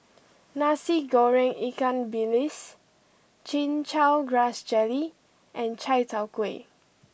Nasi Goreng Ikan Bilis Chin Chow Grass Jelly and Chai Tow Kuay